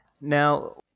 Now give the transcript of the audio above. now